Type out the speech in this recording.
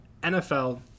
NFL